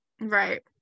right